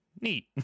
neat